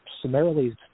summarily